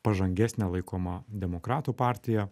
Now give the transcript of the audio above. pažangesnę laikomą demokratų partiją